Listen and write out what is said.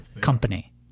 company